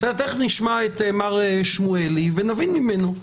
תכף נשמע את מר שמואלי ונבין ממנו.